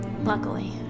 Luckily